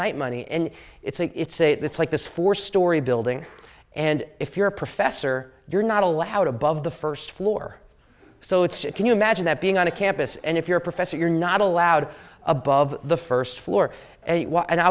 knight money and it's a it's a it's like this four story building and if you're a professor you're not allowed above the first floor so it's can you imagine that being on a campus and if you're a professor you're not allowed above the first floor and